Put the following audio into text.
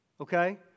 okay